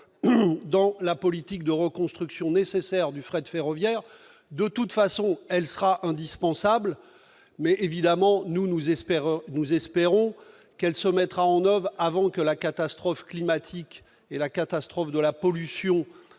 dans la politique de reconstruction nécessaire du fret ferroviaire. De toute façon, elle sera indispensable, mais nous espérons qu'elle sera mise en oeuvre avant que la catastrophe climatique et environnementale